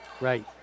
Right